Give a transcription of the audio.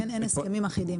כי אין הסכמים אחידים.